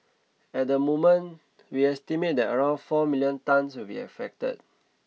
at the moment we estimate that around four million tonnes will be affected